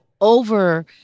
over